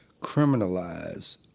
criminalize